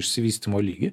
išsivystymo lygį